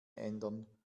ändern